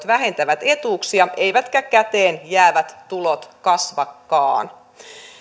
vähentävät etuuksia eivätkä käteenjäävät tulot kasvakaan